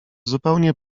zupełnie